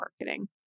marketing